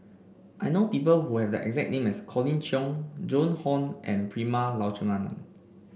I know people who have the exact name as Colin Cheong Joan Hon and Prema Letchumanan